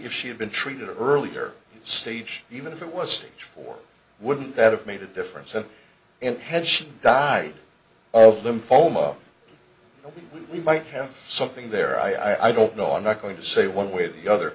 if she had been treated earlier stage even if it was stage four wouldn't that have made a difference and and had she died of lymphoma we might have something there i don't know i'm not going to say one way or the other